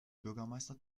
bürgermeister